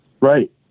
Right